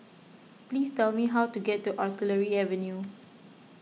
please tell me how to get to Artillery Avenue